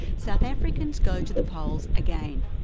south africans go to the polls again.